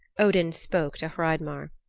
odin spoke to hreidmar.